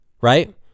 right